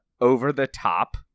over-the-top